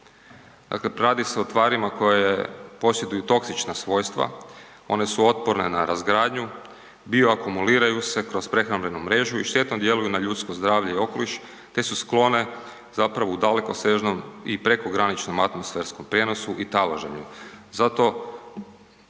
Dakle, radi se o tvarima koje posjeduju toksična svojstva, one su otporne na razgradnju, bioakumuliraju se kroz prehrambenu mrežu i štetno djeluju na ljudsko zdravlje i okoliš te su sklone u dalekosežnom i prekograničnom atmosferskom prijenosu i taloženju.